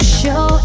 show